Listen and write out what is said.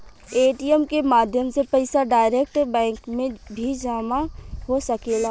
ATM के माध्यम से पईसा डायरेक्ट बैंक में भी जामा हो सकेला